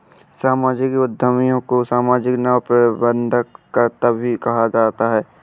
सामाजिक उद्यमियों को सामाजिक नवप्रवर्तनकर्त्ता भी कहा जाता है